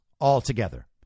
altogether